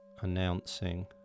announcing